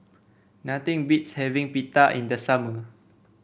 nothing beats having Pita in the summer